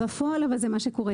בפועל אבל זה מה שקורה,